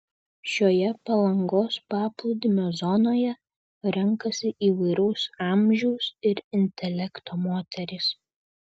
šioje palangos paplūdimio zonoje renkasi įvairaus amžiaus ir intelekto moterys